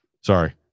Sorry